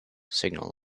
signal